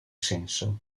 senso